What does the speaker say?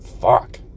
Fuck